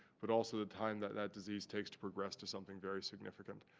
but also the time that that disease takes to progress to something very significant